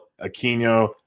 Aquino